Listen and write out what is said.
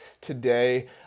today